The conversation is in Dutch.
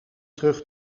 terug